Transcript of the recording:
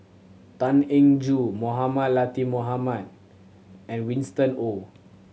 Tan Eng Joo Mohamed Latiff Mohamed and Winston Oh